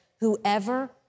whoever